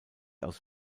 aus